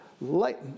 Light